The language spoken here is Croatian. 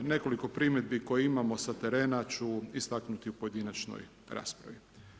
Nekoliko primjedbi koje imamo s terena ću istaknuti u pojedinačnoj raspravi.